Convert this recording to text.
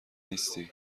نیستی